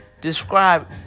describe